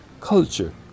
culture